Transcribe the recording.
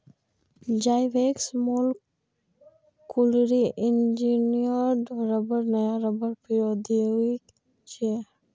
Zyvex molecularly engineered रबड़ नया रबड़ प्रौद्योगिकी छियै